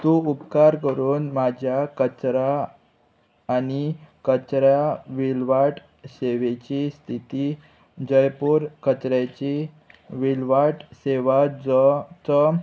तूं उपकार करून म्हाज्या कचरा आनी कचऱ्या विलवाट सेवेची स्थिती जयपूर कचऱ्याची विलवाट सेवा जो चो